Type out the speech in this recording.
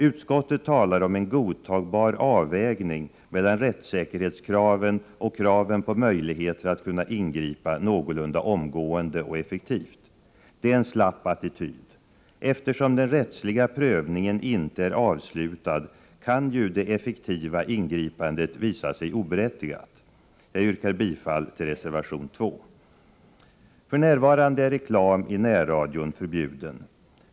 Utskottet talar om en godtagbar avvägning mellan kraven på rättsäkerhet och kraven på möjligheter att kunna ingripa någorlunda omgående och effektivt. Det är en slapp attityd. Eftersom den rättsliga prövningen inte är avslutad kan ju det effektiva ingripandet visa sig oberättigat. Jag yrkar bifall till reservation 2. För närvarande är reklam i närradion förbjuden.